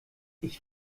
ich